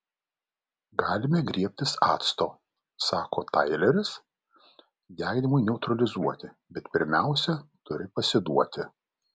galime griebtis acto sako taileris deginimui neutralizuoti bet pirmiausia turi pasiduoti